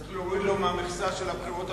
צריך להוריד לו מהמכסה של הבחירות הבאות.